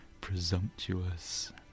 presumptuous